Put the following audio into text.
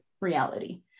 reality